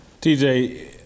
TJ